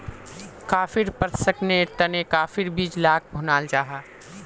कॉफ़ीर प्रशंकरनेर तने काफिर बीज लाक भुनाल जाहा